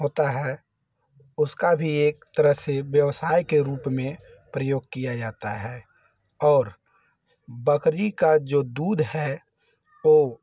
होता है उसका भी एक तरह से व्यवसाय के रूप में प्रयोग किया जाता है और बकरी का जो दूध है वह